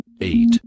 eight